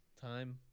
time